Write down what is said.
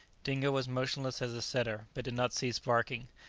dingo was motionless as a setter, but did not cease barking.